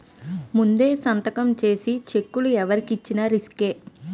ముందే సంతకం చేసిన చెక్కులు ఎవరికి ఇచ్చిన రిసుకే